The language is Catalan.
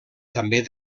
també